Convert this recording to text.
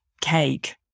cake